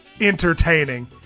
entertaining